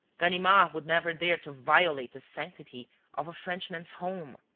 ganimard would never dare to violate the sanctity of a frenchman's home.